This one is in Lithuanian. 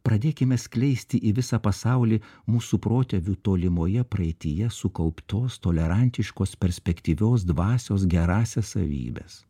pradėkime skleisti į visą pasaulį mūsų protėvių tolimoje praeityje sukauptos tolerantiškos perspektyvios dvasios gerąsias savybes